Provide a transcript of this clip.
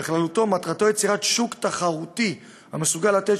בכללותו מטרתו יצירת שוק תחרותי המסוגל לתת